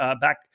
back